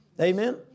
Amen